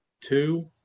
two